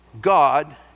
God